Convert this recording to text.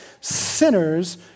sinners